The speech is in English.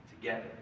together